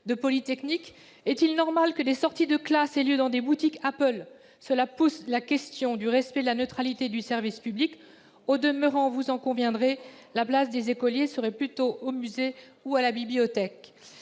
polytechnique. Est-il normal, par ailleurs, que des sorties de classe aient lieu dans des boutiques Apple ? Cela pose la question du respect de la neutralité du service public ! Au demeurant, vous en conviendrez, la place de ces écoliers serait plutôt au musée ou à la bibliothèque